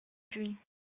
buis